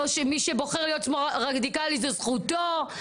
לא שמי שבוחר להיות שמאל רדיקלי זה זכותו.